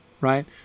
right